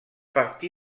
parti